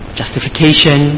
justification